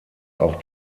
auch